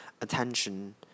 attention